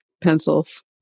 pencils